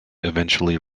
eventually